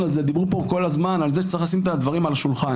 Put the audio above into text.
דיברו פה כל הזמן בדיון הזה על כך שצריך לשים את הדברים על השולחן.